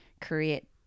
create